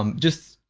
um just,